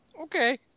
Okay